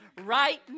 right